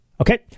Okay